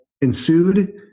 ensued